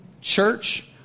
church